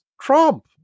Trump